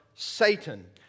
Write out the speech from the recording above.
Satan